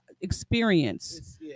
experience